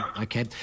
Okay